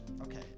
okay